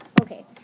Okay